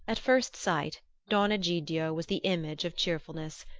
at first sight don egidio was the image of cheerfulness.